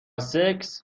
سکس